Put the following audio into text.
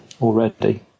already